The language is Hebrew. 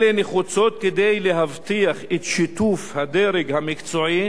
אלה נחוצות כדי להבטיח את שיתוף הדרג המקצועי